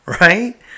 right